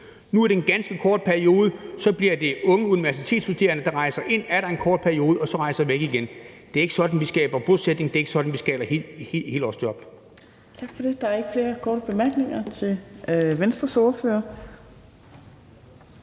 Nu er det en ganske kort periode, og så bliver det unge universitetsstuderende, der rejser ud og er der en kort periode, og så rejser de væk igen. Det er ikke sådan, vi skaber bosætning; det er ikke sådan, vi skaber helårsjob.